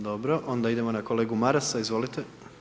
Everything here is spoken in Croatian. Dobro onda idemo na kolegu Marasa, izvolite.